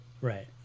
right